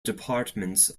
departments